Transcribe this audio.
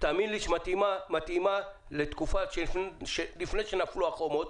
שמתאימה לתקופה לפני שנפלו החומות,